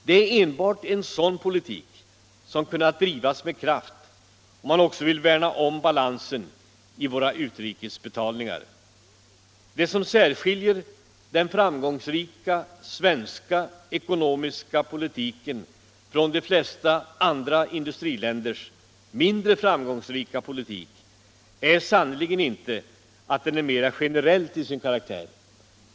Det är enbart en sådan politik som kunnat drivas med kraft, om man också vill värna om balansen i våra utrikesbetalningar. Det som särskiljer den framgångsrika svenska ekonomiska politiken från de flesta andra industriländers mindre framgångsrika politik är sannerligen inte att den är mera generell till sin karaktär.